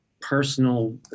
personal